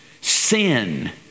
sin